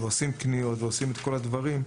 עושים קניות ועושים את כל הדברים,